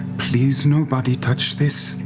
please nobody touch this.